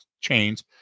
chains